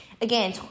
again